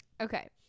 Okay